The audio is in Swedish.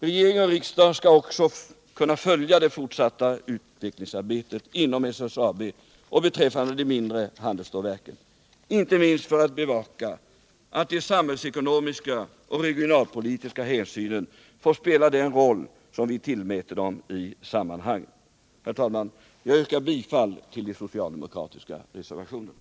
Regering och riksdag skall också kunna följa det fortsatta utvecklingsarbetet inom SSAB och beträffande de mindre handelsstålverken, inte minst för att bevaka att de samhällsekonomiska och regionalpolitiska hänsynen får spela den roll vi tillmäter dem i sammanhanget. Herr talman! Jag yrkar bifall till de socialdemokratiska reservationerna.